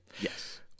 Yes